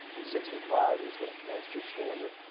sixty-five is the masters standard.